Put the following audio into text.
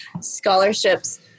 scholarships